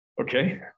Okay